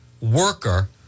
worker